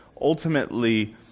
ultimately